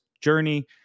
journey